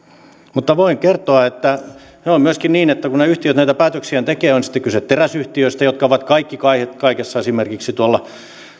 mutta voin kertoa että on myöskin niin että kun ne yhtiöt näitä päätöksiään tekevät on sitten kyse teräsyhtiöistä jotka ovat kaikki kaikki kaikessa esimerkiksi tuolla